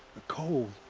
a cold.